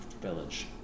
village